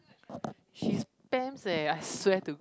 she spams eh I swear to